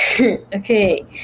Okay